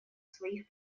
своих